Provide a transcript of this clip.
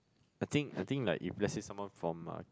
I think I think like if let's say someone from a